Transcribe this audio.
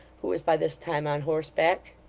who was by this time on horseback.